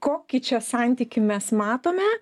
kokį čia santykį mes matome